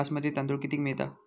बासमती तांदूळ कितीक मिळता?